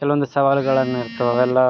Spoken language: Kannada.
ಕೆಲವೊಂದು ಸವಾಲುಗಳನ್ನ ಇರ್ತಾವ ಅವೆಲ್ಲ